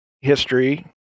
history